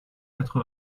quatre